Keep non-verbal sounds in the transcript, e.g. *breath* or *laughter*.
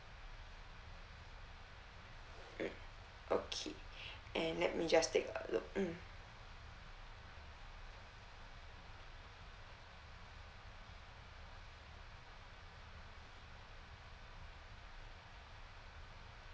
mm okay *breath* and let me just take a look mm